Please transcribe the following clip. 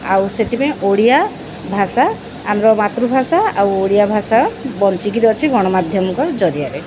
ଆଉ ସେଥିପାଇଁ ଓଡ଼ିଆ ଭାଷା ଆମର ମାତୃଭାଷା ଆଉ ଓଡ଼ିଆ ଭାଷା ବଞ୍ଚିକିରି ଅଛି ଗଣମାଧ୍ୟମଙ୍କ ଜରିଆରେ